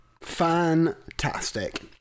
Fantastic